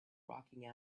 rocking